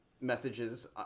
messages